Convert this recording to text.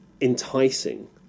enticing